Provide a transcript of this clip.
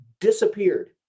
disappeared